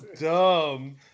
dumb